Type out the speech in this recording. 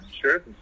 sure